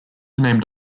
named